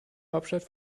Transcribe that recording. hauptstadt